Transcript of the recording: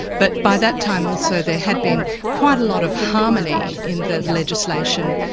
but by that time also there had been quite a lot of harmony in the legislation,